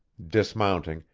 dismounting,